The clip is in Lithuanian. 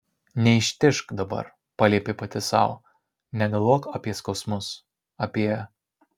neištižk dabar paliepė pati sau negalvok apie skausmus apie